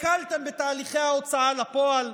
הקלתם בתהליכי ההוצאה לפועל?